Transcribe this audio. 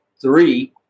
three